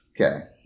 Okay